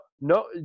no